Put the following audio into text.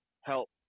help